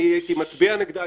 אני הייתי מצביע נגדה,